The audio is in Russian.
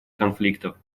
конфликтов